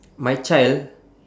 my child